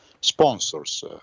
sponsors